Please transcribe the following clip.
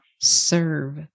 serve